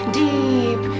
deep